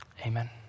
amen